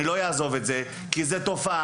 אני לא אעזוב את זה כי זו תופעה.